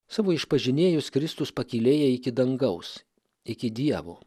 savo išpažinėjus kristus pakylėja iki dangaus iki dievo